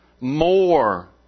More